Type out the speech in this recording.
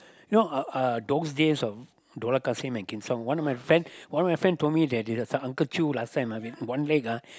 know uh uh those days of Dollah-Kassim and Kin-Song one of my friend one of my friend told me that this uh that the Uncle-Chew last time ah one leg ah